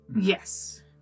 Yes